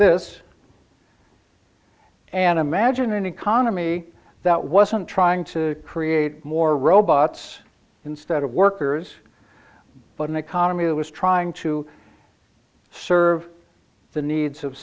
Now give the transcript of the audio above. this and imagine an economy that wasn't trying to create more robots instead of workers but an economy that was trying to serve the needs of